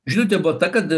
žinutė buvo ta kad